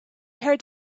heard